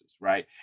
right